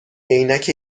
عینک